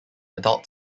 adult